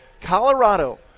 Colorado